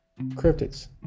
cryptids